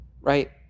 Right